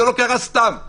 זה לא קרה סתם,